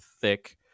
thick